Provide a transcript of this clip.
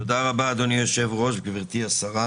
תודה רבה, אדוני היושב-ראש, גברתי השרה.